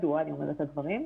מדוע אני אומרת את הדברים?